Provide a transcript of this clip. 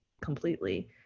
completely